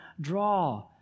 draw